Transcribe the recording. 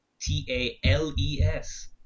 T-A-L-E-S